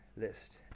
list